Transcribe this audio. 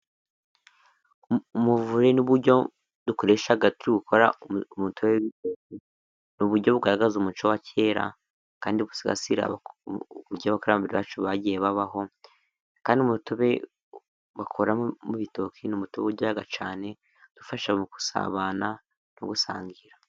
Umuvure ni uburyo dukoreshari ,ni uburyo bugaragazaze umuco wa kera, kandi busigasira' uburyo abakurambere bacu bagiye babaho, kandi umutobe bakora mu bitoki ni umutobe uryoha cyane, udufasha mu gusabana no gusangira.